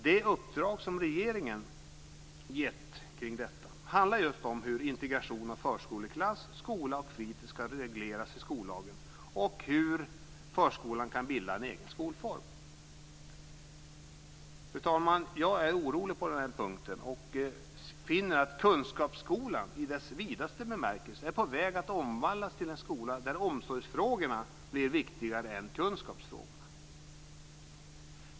Det uppdrag som regeringen gett handlar just om hur integration av förskoleklass, skola och fritis skall regleras i skollagen och hur förskolan kan bilda en egen skolform. Fru talman! Jag är orolig på den här punkten och finner att kunskapsskolan i dess vidaste bemärkelse är på väg att omvandlas till en skola där omsorgsfrågorna blir viktigare än kunskapsfrågorna.